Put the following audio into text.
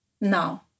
now